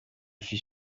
suis